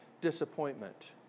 disappointment